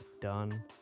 done